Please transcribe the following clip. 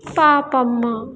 Papamma